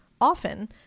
often